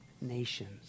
nations